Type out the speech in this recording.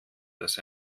das